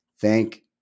thank